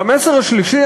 והמסר השלישי,